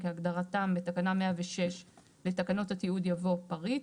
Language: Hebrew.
כהגדרתם בתקנה 106 לתקנות התיעוד" יבוא "פריט",